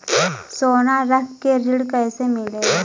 सोना रख के ऋण कैसे मिलेला?